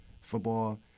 Football